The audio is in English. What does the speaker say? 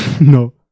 No